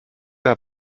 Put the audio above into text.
der